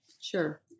Sure